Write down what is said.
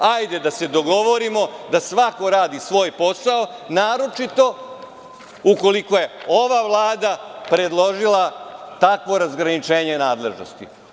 Hajde da se dogovorimo da svako radi svoj posao, naročito ukoliko je ova Vlada predložila takvo razgraničenje nadležnosti.